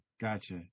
Gotcha